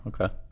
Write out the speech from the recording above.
okay